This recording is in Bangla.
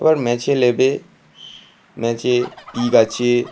এবার ম্যাচে নেবে ম্যাচে পিক আছে